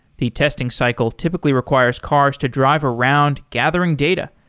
the testing cycle typically requires cars to drive around gathering data,